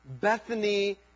Bethany